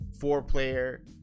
four-player